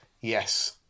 Yes